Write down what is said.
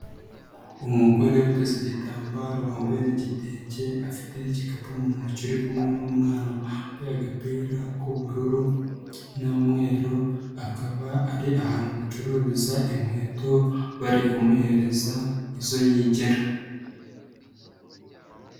Umugore uteze igitambaro wambaye n'igitenge afite igikapu umuntu ntoki ari kumwe n'umwana wambaye agapira k'ubururu n'umweru, akaba ari ahantu bacururiza inkweto bari kumuhereza izo yigera.